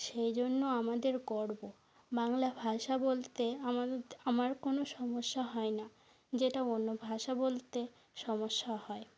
সেই জন্য আমাদের গর্ব বাংলা ভাষা বলতে আমার কোনও সমস্যা হয় না যেটা অন্য ভাষা বলতে সমস্যা হয়